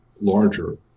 larger